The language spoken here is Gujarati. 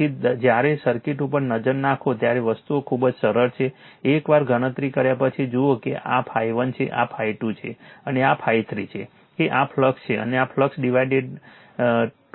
તેથી જ્યારે સર્કિટ ઉપર નજર નાખો ત્યારે વસ્તુઓ ખૂબ જ સરળ છે એક વાર ગણતરી કર્યા પછી જુઓ કે આ ∅1 છે આ ∅2 છે અને આ ∅3 છે કે આ ફ્લક્સ છે અને આ ફ્લક્સ ડીવાઇડેડ